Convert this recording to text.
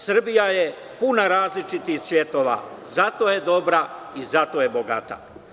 Srbija je puna različitih cvetova, zato je dobra izato je bogata.